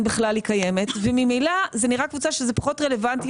בכלל היא קיימת וממילא זה נראה קבוצה שזה פחות רלוונטי